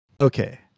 Okay